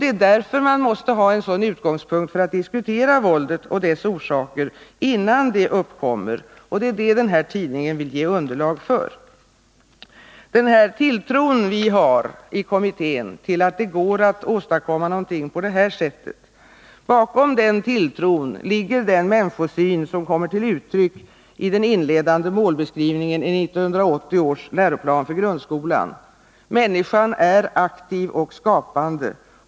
Det är därför man måste ha denna utgångspunkt för att diskutera våldet och dess orsaker innan det uppkommer. Det är det den här tidningen vill ge underlag för. Bakom den tilltro vi i kommittén har till att det går att åstadkomma någonting på det här området ligger den människosyn som kommer till uttryck i den inledande målbeskrivningen i 1980-års läroplan för grundskolan: ”Människan är aktiv och skapande.